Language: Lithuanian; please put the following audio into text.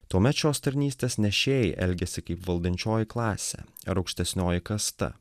tuomet šios tarnystės nešėjai elgiasi kaip valdančioji klasė ar aukštesnioji kasta